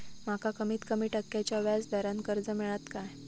माका कमीत कमी टक्क्याच्या व्याज दरान कर्ज मेलात काय?